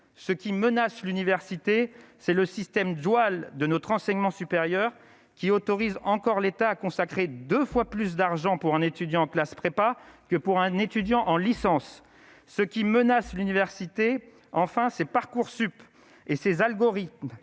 ce qui menace l'université, c'est le système dual de notre enseignement supérieur qui autorisent encore l'État a consacré 2 fois plus d'argent pour un étudiant en classe prépa que pour un étudiant en licence, ce qui menace l'université, enfin c'est Parcoursup et ses algorithmes